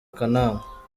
akanama